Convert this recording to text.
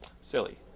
silly